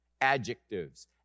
adjectives